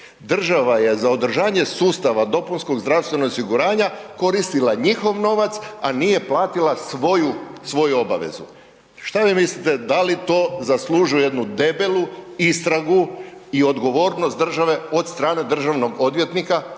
Država je održavanje sustava dopunskog zdravstvenog osiguranja koristila njihov novac a nije platila svoju obavezu. Šta vi mislite da li to zaslužuje jednu debelu istragu i odgovornost države od strane državnog odvjetnika